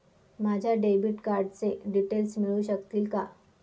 माझ्या डेबिट कार्डचे डिटेल्स मिळू शकतील का?